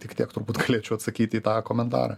tik tiek turbūt galėčiau atsakyti į tą komentarą